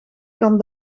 kan